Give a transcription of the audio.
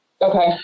Okay